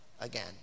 again